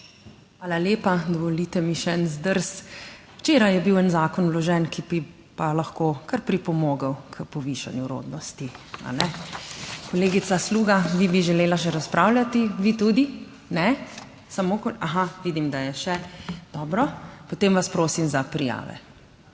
Hvala lepa. Dovolite mi še en zdrs, včeraj je bil en zakon vložen, ki bi pa lahko kar pripomogel k povišanju rodnosti, a ne. Kolegica Sluga, vi bi želela še razpravljati. Vi tudi? Ne. Aha, vidim, da je še. Dobro. Potem vas prosim za prijave.